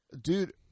Dude